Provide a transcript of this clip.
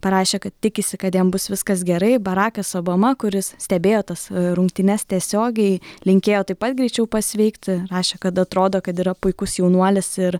parašė kad tikisi kad jam bus viskas gerai barakas obama kuris stebėjo tas rungtynes tiesiogiai linkėjo taip pat greičiau pasveikti rašė kad atrodo kad yra puikus jaunuolis ir